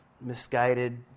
misguided